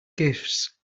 gifts